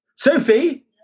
Sophie